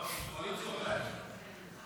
את הנושא לוועדת הכספים נתקבלה.